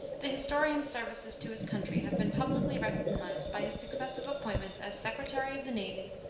the historian's services to his country have been publicly recognized by his successive appointments as secretary of the navy,